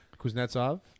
Kuznetsov